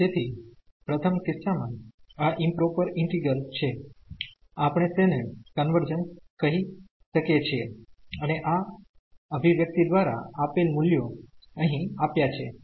તેથી પ્રથમ કિસ્સામાં આ ઈમપ્રોપર ઈન્ટિગ્રલ છે આપણે તેને કન્વર્જન્સ કહી શકીયે છીએ અને આ અભિવ્યક્તિ દ્વારા આપેલ મૂલ્યો અહીં આપ્યા છે